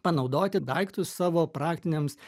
panaudoti daiktus savo praktiniams